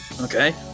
okay